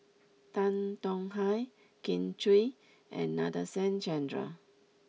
Tan Tong Hye Kin Chui and Nadasen Chandra